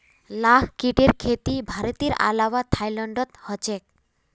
लाख कीटेर खेती भारतेर अलावा थाईलैंडतो ह छेक